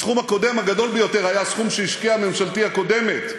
הסכום הקודם הגדול ביותר היה הסכום שהשקיעה ממשלתי הקודמת,